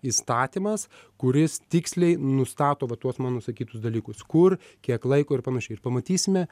įstatymas kuris tiksliai nustato va tuos mano sakytus dalykus kur kiek laiko ir panašiai ir pamatysime